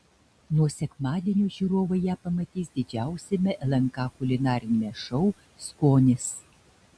nuo sekmadienio žiūrovai ją pamatys didžiausiame lnk kulinariniame šou skonis